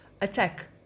attack